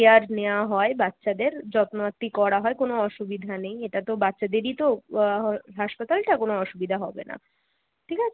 care নেওয়া হয় বাচ্চাদের যত্ন আত্তি করা হয় কোনো অসুবিধা নেই এটা তো বাচ্চাদেরই তো হাসপাতালটা কোনো অসুবিধা হবে না ঠিক আছে